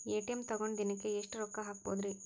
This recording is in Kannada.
ಎ.ಟಿ.ಎಂ ತಗೊಂಡ್ ದಿನಕ್ಕೆ ಎಷ್ಟ್ ರೊಕ್ಕ ಹಾಕ್ಬೊದ್ರಿ?